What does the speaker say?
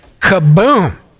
Kaboom